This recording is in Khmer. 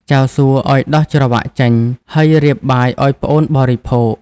ចៅសួឱ្យដោះច្រវាក់ចេញ ហើយរៀបបាយឱ្យប្អូនបរិភោគ។